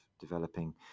developing